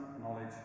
knowledge